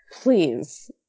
please